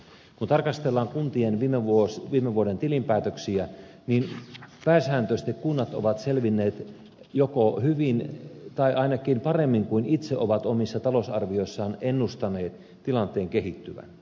kun tarkastellaan kuntien viime vuoden tilinpäätöksiä niin pääsääntöisesti kunnat ovat selvinneet joko hyvin tai ainakin paremmin kuin itse ovat omissa talousarvioissaan ennustaneet tilanteen kehittyvän